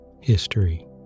History